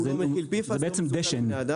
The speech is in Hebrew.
הוא לא מכיל PFAS והוא לא מסוכן לבני אדם.